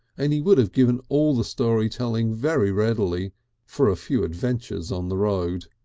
and he would have given all the story telling very readily for a few adventures on the road.